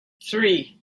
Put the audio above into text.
three